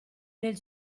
nel